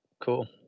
Cool